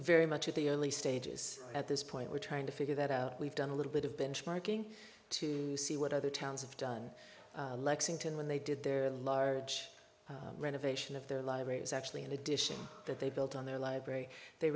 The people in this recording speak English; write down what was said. very much at the early stages at this point we're trying to figure that out we've done a little bit of benchmarking to see what other towns have done lexington when they did their large renovation of their libraries actually in addition that they built on their library they